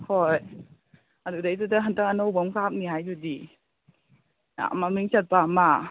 ꯍꯣꯏ ꯑꯗꯨꯗꯩꯗꯨꯗ ꯍꯟꯗꯛ ꯑꯅꯧꯕ ꯑꯃ ꯀꯥꯞꯅꯤ ꯍꯥꯏꯗꯨꯗꯤ ꯃꯃꯤꯡ ꯆꯠꯄ ꯑꯃ